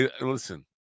Listen